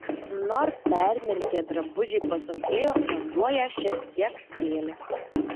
nors permirkę drabužiai pasunkėjo vanduo ją šiek tiek kėlė